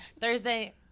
Thursday